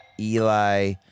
Eli